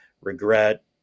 regret